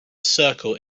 circle